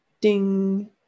ding